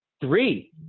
three